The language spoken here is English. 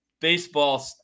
baseball